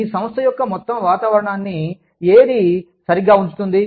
మీ సంస్థ యొక్క మొత్తం వాతావరణాన్ని ఏది సరిగా ఉంచుతుంది